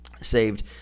saved